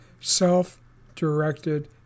self-directed